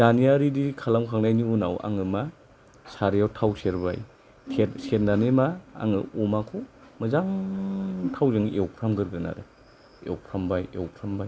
दानिया रिडि खालाम खांनायनि उनाव आङो मा सारायाव थाव सेरबाय सेरनानै मा आङो अमाखौ मोजां थावजों एवफ्रामगोरगोन आरो एवफ्रामबाय